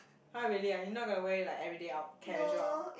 !huh! really ah you not going to wear it like everyday out casual out